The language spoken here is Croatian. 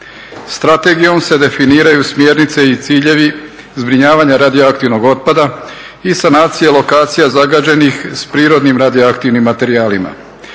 Strategijom se definiraju smjernice i ciljevi zbrinjavanja radioaktivnog otpada i sanacije lokacija zagađenih s prirodnim radioaktivnim materijalima.